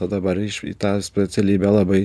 o dabar iš į tą specialybė labai